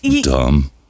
dumb